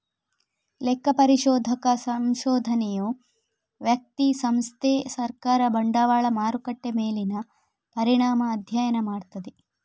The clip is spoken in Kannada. ಲೆಕ್ಕ ಪರಿಶೋಧಕ ಸಂಶೋಧನೆಯು ವ್ಯಕ್ತಿ, ಸಂಸ್ಥೆ, ಸರ್ಕಾರ, ಬಂಡವಾಳ ಮಾರುಕಟ್ಟೆ ಮೇಲಿನ ಪರಿಣಾಮ ಅಧ್ಯಯನ ಮಾಡ್ತದೆ